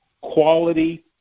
quality